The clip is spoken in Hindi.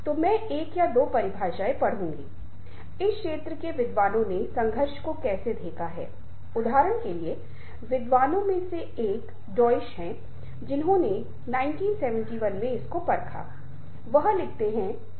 और मेरा मानना है कि यह तब से बहुत प्रासंगिक है जबतक हम महसूस करते हैं कि संचार वातावरण में कई प्रकार के चैनल जैसे आवाज पाठ अशाब्दिक संचार और चेहरे के भाव हैं यहां तक कि हमारे पहनावा कोड भी एक चैनल हैं जिनके माध्यम से हम संवाद करते हैं